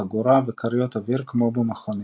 חגורה וכריות אוויר כמו במכונית.